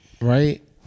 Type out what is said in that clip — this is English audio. right